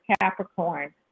capricorn